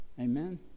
Amen